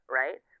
right